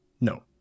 No